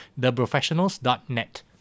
theprofessionals.net